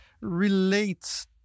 relates